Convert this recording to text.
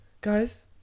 Guys